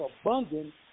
abundant